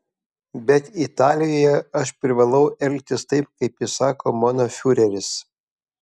bet italijoje aš privalau elgtis taip kaip įsako mano fiureris